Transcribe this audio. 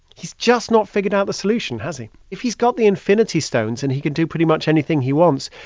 he's just not figured out the solution, has he? if he's got the infinity stones and he can do pretty much anything he wants,